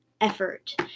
effort